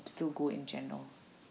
still go in general